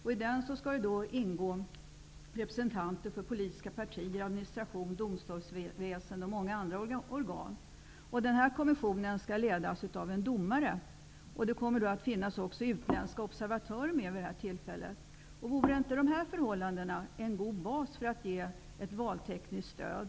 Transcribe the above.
I den skall det ingå representanter för politiska partier, administration, domstolsväsende och många andra organ. Kommissionen skall ledas av en domare. Utländska observatörer kommer också att finnas med. Vore inte dessa förhållanden en god bas för att ge ett valtekniskt stöd?